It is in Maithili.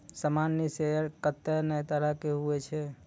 सामान्य शेयर कत्ते ने तरह के हुवै छै